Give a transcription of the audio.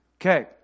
Okay